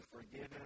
forgiven